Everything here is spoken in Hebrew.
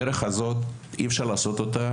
הדרך הזאת אי-אפשר לעשות אותה